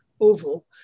oval